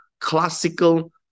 classical